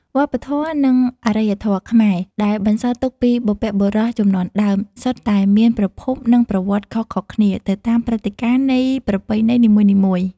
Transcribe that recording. វប្បធម៌ និងអារ្យធម៌ខ្មែរ ដែលបន្សល់ទុកពីបុព្វបុរសជំនាន់ដើម សុទ្ធតែមានប្រភព និងប្រវត្តិខុសៗគ្នា ទៅតាមព្រឹត្តិការណ៍នៃប្រពៃណីនីមួយៗ។